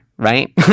right